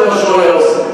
זה מה שהוא היה עושה.